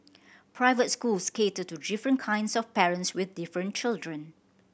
private schools cater to different kinds of parents with different children